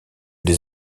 des